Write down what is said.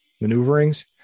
maneuverings